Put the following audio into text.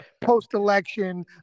post-election